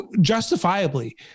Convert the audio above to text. justifiably